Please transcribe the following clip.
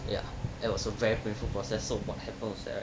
ya it was a very painful process so what happens was that right